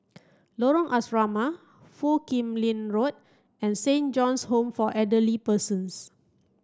Lorong Asrama Foo Kim Lin Road and Saint John's Home for Elderly Persons